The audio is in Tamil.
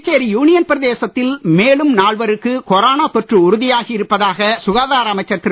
புதுச்சேரி யூனியன் பிரதேசத்தில் மேலும் நால்வருக்கு கொரோனா தொற்று உறுதியாகி இருப்பதாக சுகாதார அமைச்சர் திரு